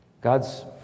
God's